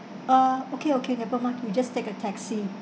uh okay okay never mind you just take a taxi